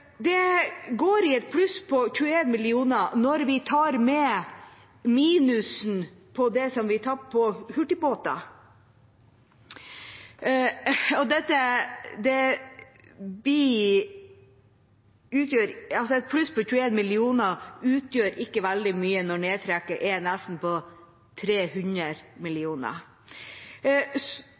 går i et pluss på 21 mill. kr når vi tar med minuset fra det som vi tapte på hurtigbåter. Et pluss på 21 mill. kr utgjør ikke veldig mye når nedtrekket er på nesten 300